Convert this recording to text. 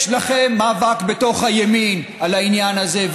יש לכם מאבק בתוך הימין על העניין הזה.